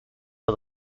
for